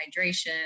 hydration